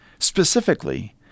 Specifically